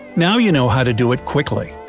now you know how to do it quickly.